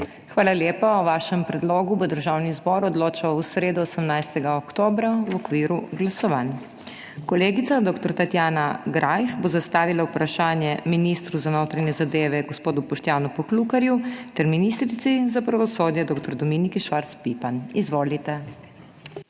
Hvala lepa. O vašem predlogu bo Državni zbor odločal v sredo 18. oktobra v okviru glasovanj. Kolegica dr. Tatjana Greif bo zastavila vprašanje ministru za notranje zadeve, gospodu Boštjanu Poklukarju, ter ministrici za pravosodje dr. Dominiki Švarc Pipan. Izvolite.